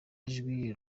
ijwi